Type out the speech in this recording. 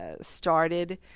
started